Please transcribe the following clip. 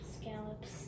Scallops